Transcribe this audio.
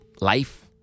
life